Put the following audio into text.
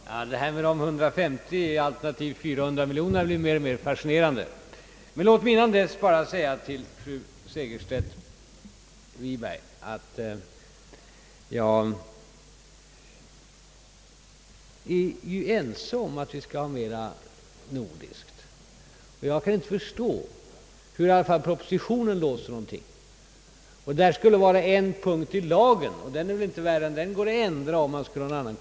Herr talman! Detta med de 150 alternativt 400 miljonerna blir mer och mer fascinerande. Men låt mig först säga till fru Segerstedt Wiberg att jag är ense med henne om att vi skall ha mera nordiskt samarbete. Jag kan dock inte förstå hur propositionen låser någonting. Det sägs att detta är en punkt i lagen, men det är ju inte värre än att man kan ändra den om det behövs.